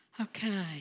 Okay